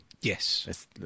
Yes